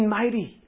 mighty